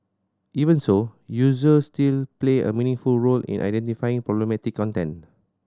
even so users still play a meaningful role in identifying problematic content